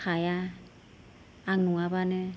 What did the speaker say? हाया आं नङाबानो